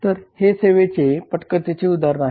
तर हे सेवेच्या पटकथेचे उदाहरण आहे